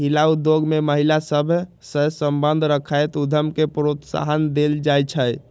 हिला उद्योग में महिला सभ सए संबंध रखैत उद्यम के प्रोत्साहन देल जाइ छइ